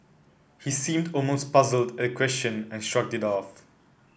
he seemed almost puzzled at the question and shrugged it off